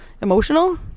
emotional